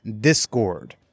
discord